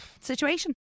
situation